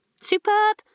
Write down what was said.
Superb